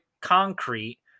concrete